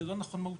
זה לא נכון מהותית,